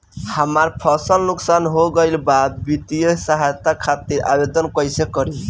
हमार फसल नुकसान हो गईल बा वित्तिय सहायता खातिर आवेदन कइसे करी?